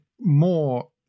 more